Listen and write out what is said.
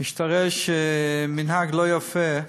השתרש מנהג לא יפה,